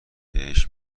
بهش